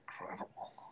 Incredible